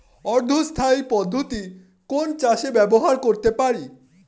অর্ধ স্থায়ী পদ্ধতি কোন চাষে ব্যবহার করতে পারি?